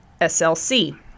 SLC